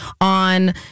on